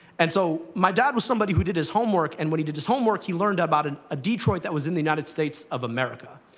and so my dad was somebody who did his homework. and when he did his homework, he learned about and a detroit that was in the united states of america.